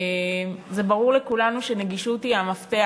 ברור לכולנו שנגישות היא המפתח